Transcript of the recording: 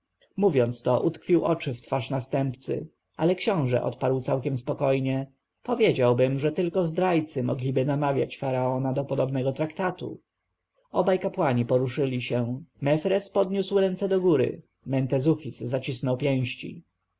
mówiąc to utkwił oczy w twarz następcy ale książę odparł całkiem spokojnie powiedziałbym że tylko zdrajcy mogliby namawiać faraona do podobnego traktatu obaj kapłani poruszyli się mefres podniósł ręce do góry mentezufis zacisnął pięści